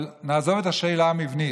אבל נעזוב את השאלה המבנית,